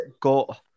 got